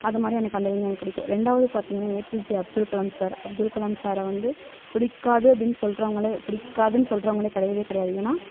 அது மாதிரி எனக்கு அந்த விஞ்ஞானி பிடிக்கும் ரெண்டாவது பார்த்திங்கனா ஏபிஜெ அப்துல் கலாம் சார் அப்துல் கலாம் சாரை வந்து பிடிக்காது அப்படின் சொல்கிறவங்களே பிடிக்காதுன் சொல்கிறவங்களே கிடையவே கிடையாது ஏன்னால்